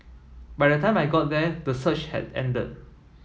by the time I got there the surge had ended